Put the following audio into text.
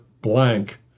Blank